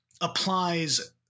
applies